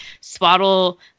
swaddle